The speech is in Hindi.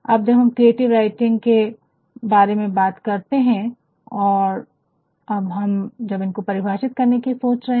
अब जब हम क्रिएटिव राइटिंग के बारे में बात करते है और हम जब इसको परिभाषित करने की सोच रहे है